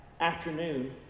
afternoon